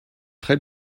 très